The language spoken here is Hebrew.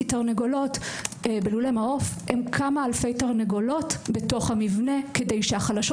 כי תרנגולות בלולי מעוף הן כמה אלפי תרנגולות בתוך המבנה כדי שהחלשות